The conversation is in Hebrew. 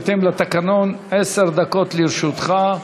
בהתאם לתקנון, עשר דקות לרשותך.